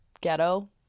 ghetto